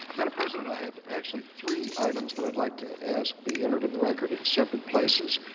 madam president, i have actually three items that i'd like to ask be entered in the record in separate places.